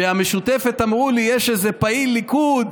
שהמשותפת אמרו לי: יש איזה פעיל ליכוד